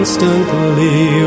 Constantly